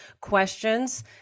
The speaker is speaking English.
questions